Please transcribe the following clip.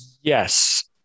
Yes